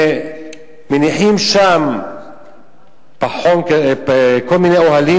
ומניחים שם כל מיני אוהלים.